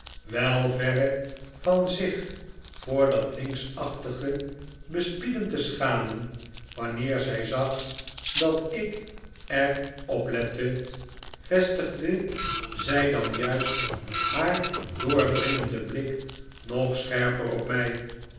wei verre van zich voor dat lynxachtige bespieden te schamen wanneer zij zag dat ik er op lette vestigde zij dan juist haar doordringenden blik nog scherper op mij